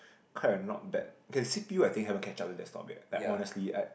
quite a not bad okay C_P_U I think haven't catch up with desktop yet like honestly